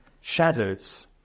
shadows